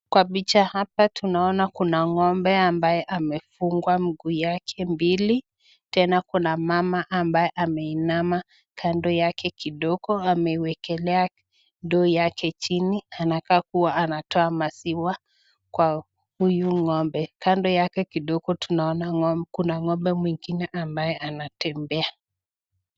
Kwa picha hapa tunaona Kuna ngombe ambaye amefungwa mguu wake mbili Tena kuna mama ambaye ameinama kando yake kidogo amewekelea ndo yake chini anakaa kuwa anatoa maziwa kwa huyu ngombe kando yake kidogo tunaona Kuna ngombe ambaye anatembea.